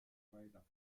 weiter